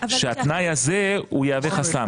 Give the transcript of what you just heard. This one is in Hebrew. שהתנאי הזה יהווה חסם.